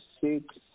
six